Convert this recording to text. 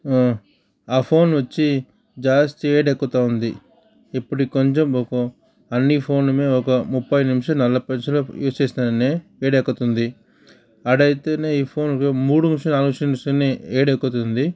ఆ ఫోన్ వచ్చి జాస్తి వేడెక్కుతావుంది ఇప్పుడు కొంచెం బొ అన్ని ఫోన్ మీద ఒక ముప్పై నిమిషాల నలభై నిమిషాల యూస్ చేస్తానే వేడెక్కుతుంది ఆడయితేనే ఈ ఫోన్ మూడు నిమిషాల నాలుగు నిమిషాలలోనే వేడెక్కుతుంది